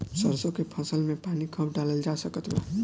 सरसों के फसल में पानी कब डालल जा सकत बा?